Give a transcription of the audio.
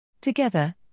Together